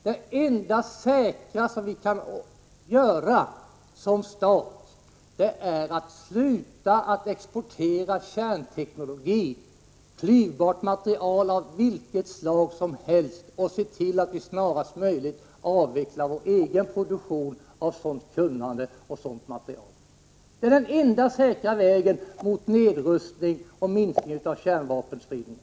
Det enda säkra Sverige som stat kan göra är att sluta att exportera kärnteknologi, klyvbart material av vilket slag det vara må och se till att vi snarast möjligt avvecklar vår egen produktion av sådant kunnande och sådant material. Det är den enda säkra vägen mot nedrustning och minskning av kärnvapenspridning.